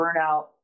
burnout